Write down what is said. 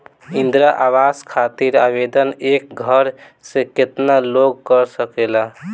इंद्रा आवास खातिर आवेदन एक घर से केतना लोग कर सकेला?